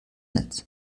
netz